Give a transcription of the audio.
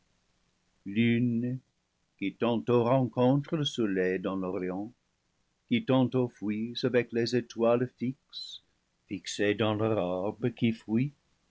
tantôt rencontres le soleil dans l'orient qui tan tôt fuis avec les étoiles fixes fixées dans leur orbe qui fuit